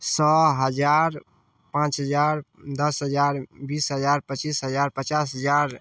सओ हजार पाँच हजार दस हजार बीस हजार पचीस हजार पचास हजार